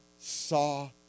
saw